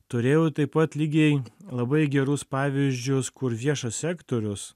turėjau taip pat lygiai labai gerus pavyzdžius kur viešas sektorius